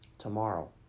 Tomorrow